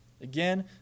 Again